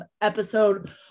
episode